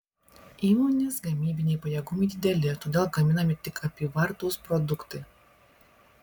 įmonės gamybiniai pajėgumai dideli todėl gaminami tik apyvartūs produktai